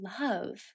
love